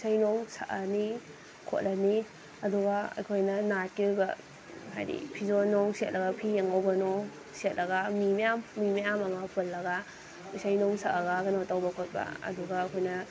ꯏꯁꯩ ꯅꯣꯡ ꯁꯛꯑꯅꯤ ꯈꯣꯠꯂꯅꯤ ꯑꯗꯨꯒ ꯑꯩꯈꯣꯏꯅ ꯅꯥꯠꯀꯤ ꯑꯣꯏꯕ ꯍꯥꯏꯗꯤ ꯐꯤꯖꯣꯜꯅꯣꯡ ꯁꯦꯠꯂꯒ ꯐꯤ ꯑꯉꯧꯕ ꯅꯣꯡ ꯁꯦꯠꯂꯒ ꯃꯤ ꯃꯌꯥꯝ ꯃꯤ ꯃꯌꯥꯝ ꯑꯃ ꯄꯨꯜꯂꯒ ꯏꯁꯩ ꯅꯣꯡ ꯁꯛꯑꯒ ꯀꯩꯅꯣ ꯇꯧꯕ ꯈꯣꯠꯄ ꯑꯗꯨꯒ ꯑꯩꯈꯣꯏꯅ